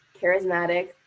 charismatic